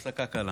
הפסקה קלה